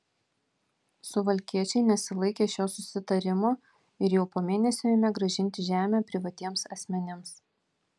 suvalkiečiai nesilaikė šio susitarimo ir jau po mėnesio ėmė grąžinti žemę privatiems asmenims